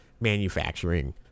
manufacturing